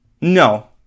No